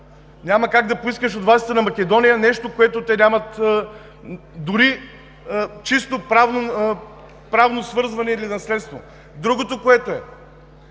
Няма как да поискаш от властите на Македония нещо, което те нямат, дори чисто правно свързване или наследство. Другото, което е: